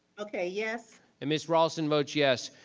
okay. yes. and ms. raulston votes yes.